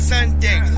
Sunday